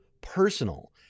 personal